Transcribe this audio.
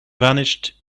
vanished